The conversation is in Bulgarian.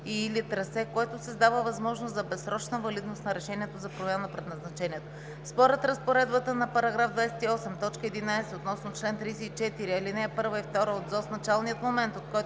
и/или трасе, което създава възможност за безсрочна валидност на решението за промяна на предназначението. Според разпоредбата на § 28, т. 11 (относно чл. 34, ал. 1 и 2 от ЗОЗЗ) началният момент, от който